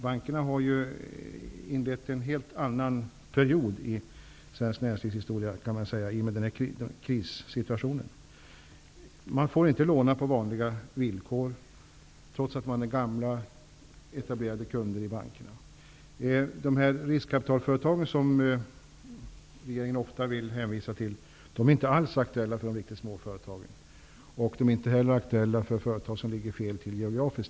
Bankerna har ju i och med den här krissituationen inlett -- kan man säga -- en helt annan period i svenskt näringslivs historia. Tidigare gamla etablerade kunder får inte låna på ''vanliga'' Riskkapitalföretagen, som regeringen ofta vill hänvisa till, är inte alls aktuella för de riktigt små företagen. De är inte heller aktuella för företag som ligger fel till geografiskt.